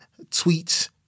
tweets